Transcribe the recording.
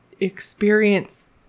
experience